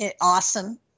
awesome